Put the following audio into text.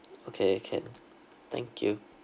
okay can thank you